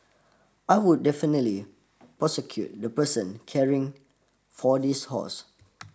I would definitely prosecute the person caring for this horse